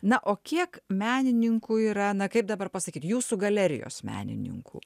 na o kiek menininkų yra na kaip dabar pasakyt jūsų galerijos menininkų